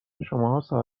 شماها